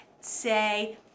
say